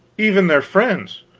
even their friends.